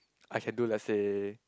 I can do let's say